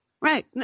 right